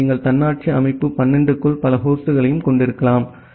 எனவே நீங்கள் தன்னாட்சி அமைப்பு 12 க்குள் பல ஹோஸ்ட்களைக் கொண்டிருக்கலாம்